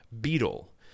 Beetle